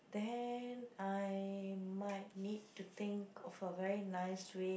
then I might need to think of a very nice way